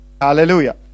hallelujah